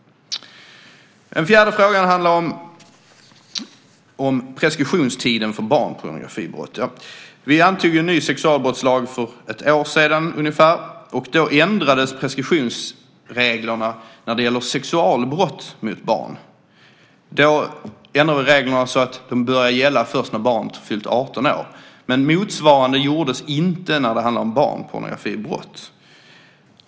Den fjärde frågan handlar om preskriptionstiden för barnpornografibrott. Vi antog en ny sexualbrottslag för ungefär ett år sedan. Då ändrades preskriptionsreglerna när det gäller sexualbrott mot barn så att de börjar gälla först när barnet fyllt 18 år, men motsvarande gjordes inte när det handlar om barnpornografibrott.